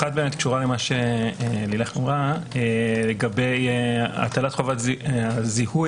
האחת קשורה למה שלילך אמרה לגבי הטלת חובת זיהוי